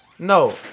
No